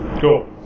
Cool